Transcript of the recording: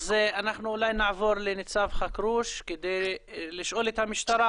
נעבור לניצב חכרוש, כדי לשאול את המשטרה.